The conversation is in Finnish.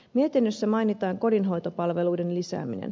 mietinnössä mainitaan kodinhoitopalveluiden lisääminen